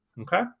okay